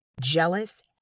jealous